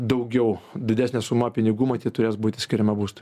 daugiau didesnė suma pinigų matyt turės būti skiriama būstui